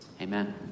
Amen